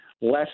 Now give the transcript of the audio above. less